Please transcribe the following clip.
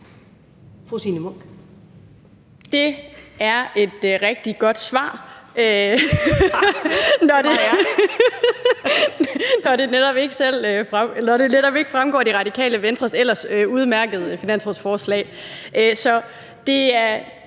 Det er et rigtig godt svar, når det netop ikke fremgår af Det Radikale Venstres ellers udmærkede finanslovsforslag.